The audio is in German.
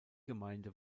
gemeinde